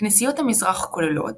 כנסיות המזרח כוללות,